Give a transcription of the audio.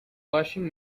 washing